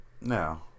No